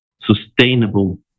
sustainable